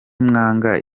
mwanga